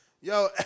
Yo